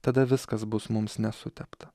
tada viskas bus mums nesutepta